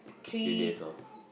think that's of